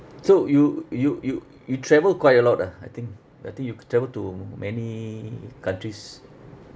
so you you you you travel quite a lot ah I think I think you t~ travel to many countries